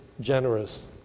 generous